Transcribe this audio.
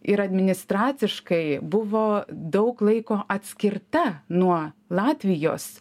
ir administraciškai buvo daug laiko atskirta nuo latvijos